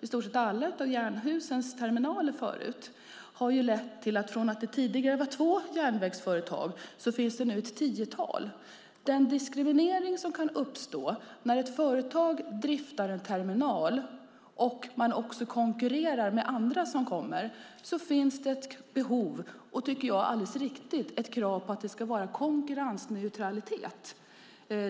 i stort sett alla Jernhusens terminaler förut har lett till att det från att tidigare ha varit två järnvägsföretag nu finns ett tiotal. Den diskriminering som kan uppstå när ett företag driver en terminal och även konkurrerar med andra gör att det finns ett behov av och ett krav på att det ska vara konkurrensneutralitet.